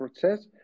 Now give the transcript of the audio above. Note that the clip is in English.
process